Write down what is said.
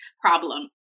problem